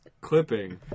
Clipping